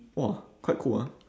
!wah! quite cool ah